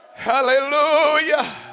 Hallelujah